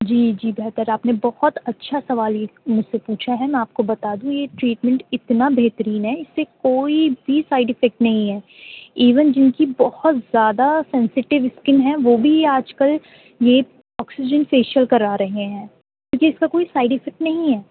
جی جی بہتر آپ نے بہت اچھا سوال یہ مجھ سے پوچھا ہے میں آپ کو بتا دوں یہ ٹریٹمینٹ اتنا بہترین ہے اس سے کوئی بھی سائیڈ افیکٹ نہیں ہے ایون جس کی بہت زیادہ سینسیٹیو اسکن ہے وہ بھی آج کل یہ آکسیجن فیشیل کرا رہے ہیں کیوںکہ اس کا کوئی سائیڈ افیکٹ نہیں ہے